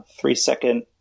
three-second